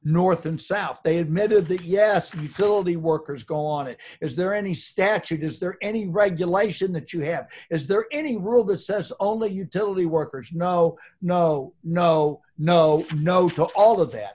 north and south they admitted that yes you killed the workers go on it is there any statute is there any regulation that you have is there any rule that says only utility workers no no no no no to all of that